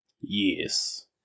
Yes